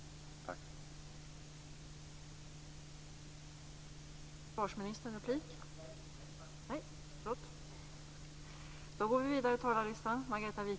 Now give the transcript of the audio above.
Tack!